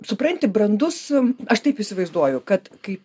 supranti brandus aš taip įsivaizduoju kad kai